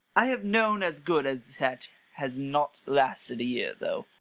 i have known as good as that has not lasted year though.